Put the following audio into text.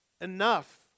enough